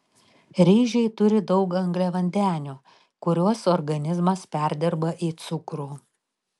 ryžiai turi daug angliavandenių kuriuos organizmas perdirba į cukrų